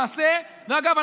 ואגב,